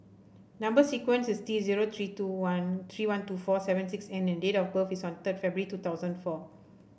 number sequence is T zero three two one three one two four seven six N and date of birth is on third February two thousand four